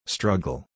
Struggle